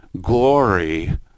glory